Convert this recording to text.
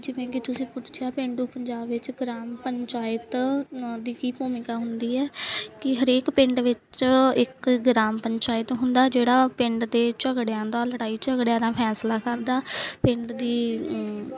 ਜਿਵੇਂ ਕਿ ਤੁਸੀਂ ਪੁੱਛਿਆ ਪੇਂਡੂ ਪੰਜਾਬ ਵਿੱਚ ਗ੍ਰਾਮ ਪੰਚਾਇਤ ਦੀ ਕੀ ਭੂਮਿਕਾ ਹੁੰਦੀ ਹੈ ਕੀ ਹਰੇਕ ਪਿੰਡ ਵਿੱਚ ਇੱਕ ਗ੍ਰਾਮ ਪੰਚਾਇਤ ਹੁੰਦਾ ਜਿਹੜਾ ਪਿੰਡ ਦੇ ਝਗੜਿਆਂ ਦਾ ਲੜਾਈ ਝਗੜਿਆਂ ਦਾ ਫੈਸਲਾ ਕਰਦਾ ਪਿੰਡ ਦੀ